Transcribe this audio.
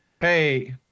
hey